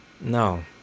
No